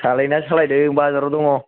सालायनाया सालायदों बाजाराव दङ